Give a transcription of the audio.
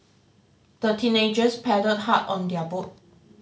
the teenagers paddled hard on their boat